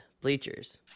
bleachers